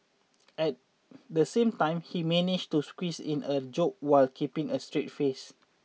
at the same time he managed to squeeze in a joke while keeping a straight face